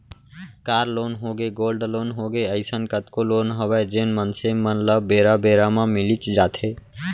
car loan होगे, gold loan होगे, अइसन कतको लोन हवय जेन मनसे मन ल बेरा बेरा म मिलीच जाथे